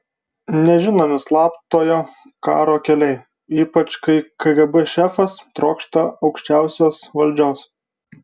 nežinomi slaptojo karo keliai ypač kai kgb šefas trokšta aukščiausios valdžios